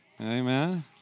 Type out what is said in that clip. Amen